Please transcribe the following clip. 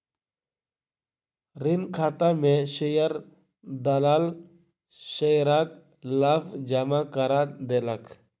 ऋण खाता में शेयर दलाल शेयरक लाभ जमा करा देलक